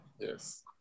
Yes